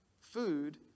food